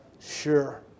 sure